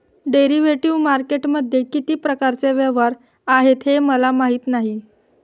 derivative मार्केटमध्ये किती प्रकारचे व्यवहार आहेत हे मला माहीत नाही